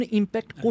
impact